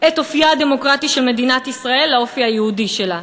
את אופייה הדמוקרטי של מדינת ישראל לאופי היהודי שלה,